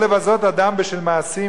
או לבזות אדם בשל מעשים,